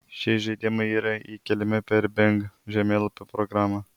šie į žaidimą yra įkeliami per bing žemėlapių programą